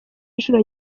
inshuro